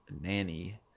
nanny